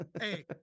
Hey